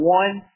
one